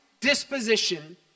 disposition